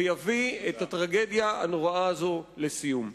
ויביא את הטרגדיה הנוראה הזאת לסיום.